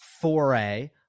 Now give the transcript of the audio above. foray